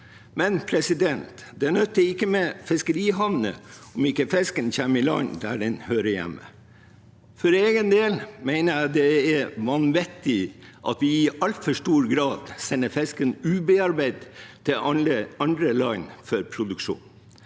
Men det nytter ikke med fiskerihavner om ikke fisken kommer i land der den hører hjemme. For egen del mener jeg det er vanvittig at vi i altfor stor grad sender fisken ubearbeidet til alle andre land for produksjon.